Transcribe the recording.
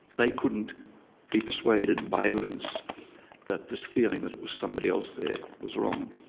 they couldn't be persuaded by evidence that this feeling that it was somebody else there was wrong.